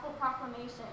proclamation